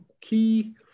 key